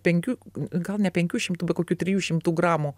penkių gal ne penkių šimtų bet kokių trijų šimtų gramų